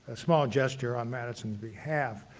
small gesture on madison's behalf.